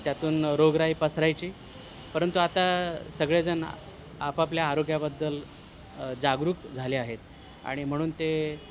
त्यातून रोगराई पसरायची परंतु आता सगळेजण आपापल्या आरोग्याबद्दल जागरूक झाले आहेत आणि म्हणून ते